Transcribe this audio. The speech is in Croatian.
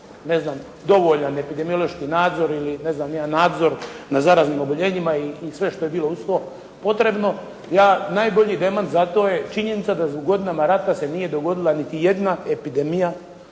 ne znam dovoljan epidemiološki nadzor ili ne znam ni ja nadzor nad zaraznim oboljenjima i sve što je bilo uz to potrebno. Najbolji demant za to je činjenica da u godinama rata se nije dogodila niti jedna epidemija